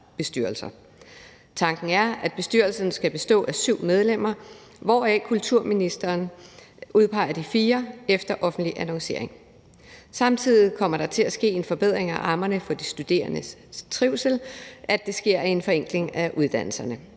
Tanken er, at bestyrelsen skal bestå af syv medlemmer, hvoraf kulturministeren udpeger de fire efter offentlig annoncering. Samtidig kommer der til at ske en forbedring af rammerne for de studerendes trivsel ved, at der sker en forenkling af uddannelserne.